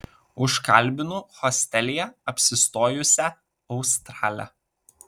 užkalbinu hostelyje apsistojusią australę